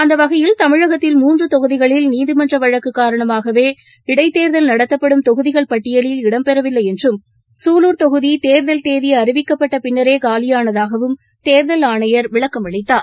அந்தவகையில் தமிழகத்தில் மூன்றுதொகுதிகளில் நீதிமன்றவழக்குகாரணமாகவே இடைத்தேர்தல் தொகுதிகள் பட்டியலில் இடம்பெறவில்லைஎன்றும் நடத்தப்படும் தொகுதி தேர்தல் தேதிஅறிவிக்கப்பட்டபின்னரேகாலியானதாகவும் தேர்தல் ஆணையர் விளக்கம் அளித்தார்